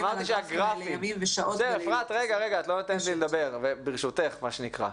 יושבים על הגרפים האלה ימים ושעות ולילות.